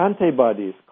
antibodies